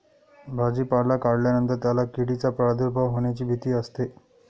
भाजीपाला काढल्यानंतर त्याला किडींचा प्रादुर्भाव होण्याची भीती असते